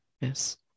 Yes